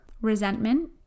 resentment